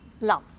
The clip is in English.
love